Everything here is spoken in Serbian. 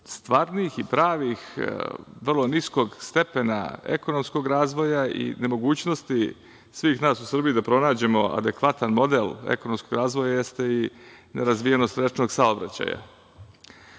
stvarnih i pravih vrlo niskog stepena ekonomskog razvoja i nemogućnosti svih nas u Srbiji da pronađemo adekvatan model ekonomskog razvoja jeste i nerazvijenost rečnog saobraćaja. Gotovo